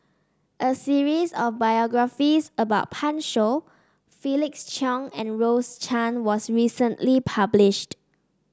a series of biographies about Pan Shou Felix Cheong and Rose Chan was recently published